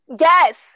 yes